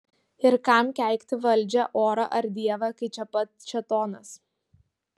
ir kam keikti valdžią orą ar dievą kai čia pat šėtonas